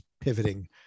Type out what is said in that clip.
pivoting